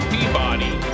Peabody